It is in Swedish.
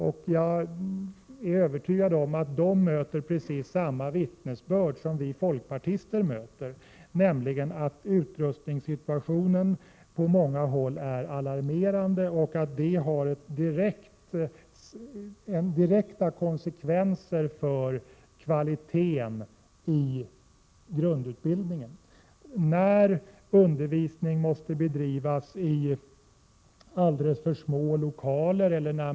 Jag är vidare övertygad om att de då möter precis samma vittnesbörd som vi folkpartister gör, nämligen att utrustningssituationen på många håll är alarmerande och att den har direkta konsekvenser för kvaliteten i grundutbildningen. Undervisning måste bedrivas i alldeles för små lokaler.